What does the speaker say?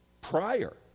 prior